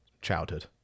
Childhood